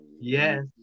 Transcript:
Yes